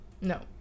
No